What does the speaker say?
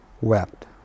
wept